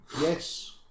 yes